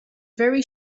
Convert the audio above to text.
very